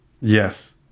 Yes